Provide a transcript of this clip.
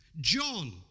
John